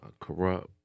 corrupt